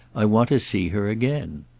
i want to see her again.